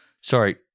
Sorry